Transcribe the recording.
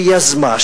שיזמה,